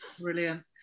Brilliant